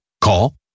Call